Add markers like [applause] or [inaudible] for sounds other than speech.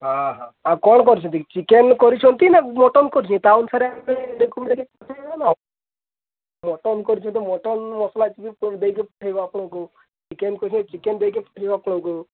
ହଁ ହଁ ଆଉ କ'ଣ କରିଛନ୍ତି କି ଚିକେନ୍ କରିଛନ୍ତି ନା ମଟନ୍ କରିଛନ୍ତି ତା ଅନୁସାରେ ଆମେ [unintelligible] ମଟନ୍ କରିଛନ୍ତି ମଟନ୍ ମସଲା ଦେଇକି ପଠାଇବା ଆପଣଙ୍କୁ ଚିକେନ୍ କହିଲେ ଚିକେନ୍ ଦେଇକି ପଠାଇବା ଆପଣକୁ